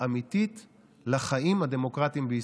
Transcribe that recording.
אמיתית לחיים הדמוקרטיים בישראל.